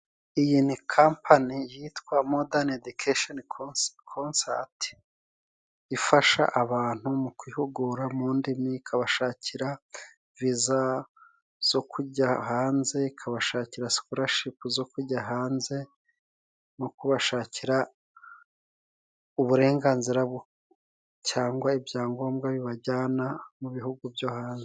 Iyi ni kampani yitwa modani edikesheni konsati ifasha abantu mu kwihugura mu ndimi, ikabashakira visa zo kujya hanze ikabashakira sikorashipu zo kujya hanze, mu kubashakira uburenganzira cyangwa ibyangombwa bibajyana mu bihugu byo hanze.